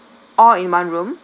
all in one room